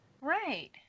Right